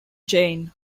jayne